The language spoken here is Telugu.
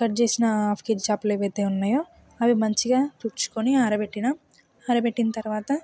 కట్ చేసిన హాఫ్ కేజీ చేపలు ఏవైతే ఉన్నాయో అవి మంచిగా తుడుచుకొని ఆరబెట్టిన ఆరబెట్టిన తర్వాత